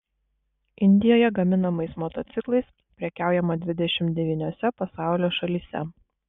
indijoje gaminamais motociklais prekiaujama dvidešimt devyniose pasaulio šalyse